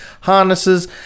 harnesses